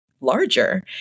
larger